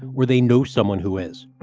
where they know someone who is